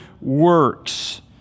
works